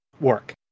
Work